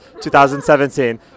2017